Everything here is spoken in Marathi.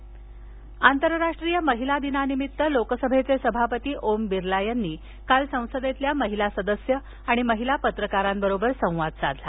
महिला दिन बिर्ला आंतरराष्ट्रीय महिला दिनानिमित्त लोकसभेचे सभापती ओम बिर्ला यांनी काल संसदेतल्या महिला सदस्य आणि महिला पत्रकारांबरोबर संवाद साधला